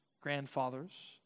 grandfathers